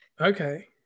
Okay